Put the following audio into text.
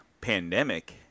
pandemic